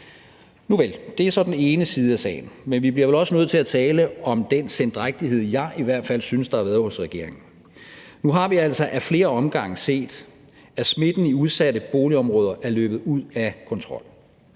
Nuvel, det er så den ene side af sagen. Men vi bliver vel også nødt til at tale om den sendrægtighed, jeg i hvert fald synes har været hos regeringen. Nu har vi altså ad flere omgange set, at smitten i udsatte boligområder er kommet ud af kontrol.